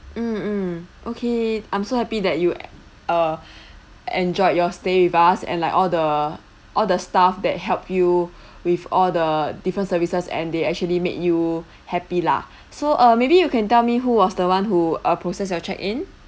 mmhmm okay I'm so happy that you err enjoyed your stay with us and like all the all the staff that help you with all the different services and they actually make you happy lah so uh maybe you can tell me who was the one who uh process your check in